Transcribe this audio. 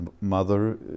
mother